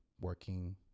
working